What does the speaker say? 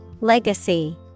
Legacy